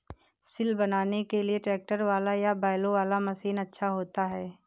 सिल बनाने के लिए ट्रैक्टर वाला या बैलों वाला मशीन अच्छा होता है?